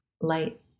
light